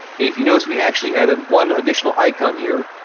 if you noticed, we actually added one additional icon here,